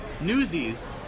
Newsies